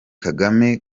kagame